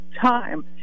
time